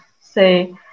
say